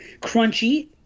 Crunchy